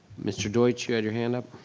mr. deutsch, you had your hand up?